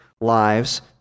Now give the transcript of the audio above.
lives